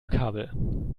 kabel